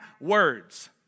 words